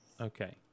Okay